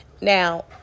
Now